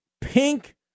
pink